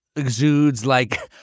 exudes like,